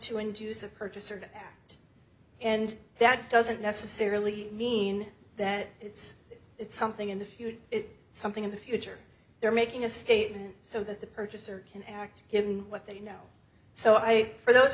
to induce a purchaser to act and that doesn't necessarily mean that it's it's something in the future something in the future they're making a statement so that the purchaser can act in what they know so i for those